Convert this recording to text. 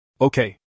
Okay